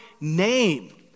name